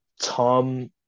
Tom